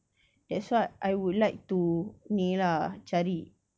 that's why I would like to ni lah cari